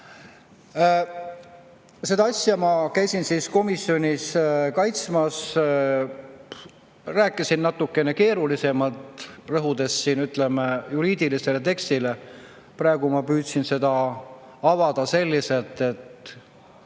Seda asja ma käisin komisjonis kaitsmas. Rääkisin natukene keerulisemalt, rõhudes juriidilisele tekstile. Praegu ma püüdsin seda avada selliselt, et